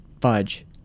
Fudge